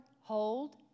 hold